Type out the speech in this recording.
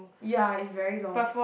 ya it's very long